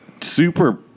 super